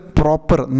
proper